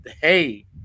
hey